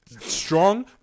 Strong